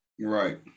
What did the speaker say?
Right